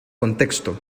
contexto